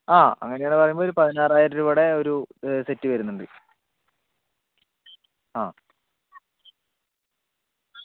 ആ അങ്ങനെ ആണെന്ന് പറയുമ്പോൾ ഒരു പതിനാറായിരം രൂപയുടെ ഒരു സെറ്റ് വരുന്നുണ്ട് ആ